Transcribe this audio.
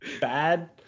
Bad